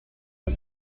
are